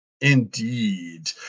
Indeed